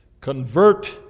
convert